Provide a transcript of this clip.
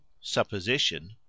supposition